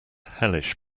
hellish